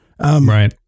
Right